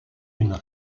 une